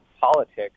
politics